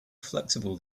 flexible